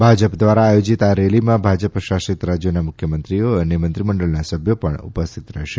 ભાજપ દ્વારા આયોજિત આ રેલીમાં ભાજપ શાસિત રાજ્યોના મુખ્યમંત્રીઓ અને મંત્રીમંડળના સભ્યો પણ ઉપસ્થિત રહેશે